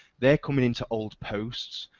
they're coming into old posts,